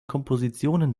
kompositionen